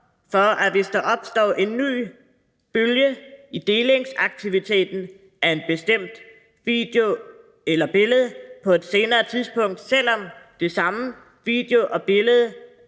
offeret, hvis der opstår en ny bølge i delingsaktiviteten af en bestemt video eller et billede på et senere tidspunkt, selv om den samme video eller billedet